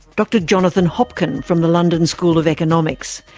dr jonathan hopkin from the london school of economics.